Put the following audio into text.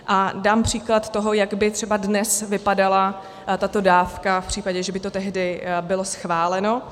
A dám příklad toho, jak by třeba dnes vypadala tato dávka v případě, že by to tehdy bylo schváleno.